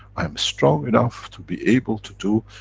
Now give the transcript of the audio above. i am strong enough to be able to do,